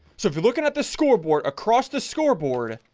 so if you're looking at the scoreboard across the scoreboard